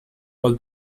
all